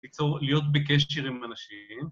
ליצור, להיות בקשר עם אנשים.